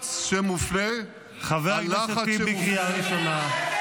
הלחץ שמופנה, ילדים,